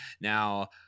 Now